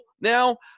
now